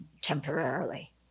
temporarily